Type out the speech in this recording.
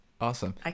Awesome